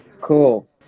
Cool